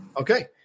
Okay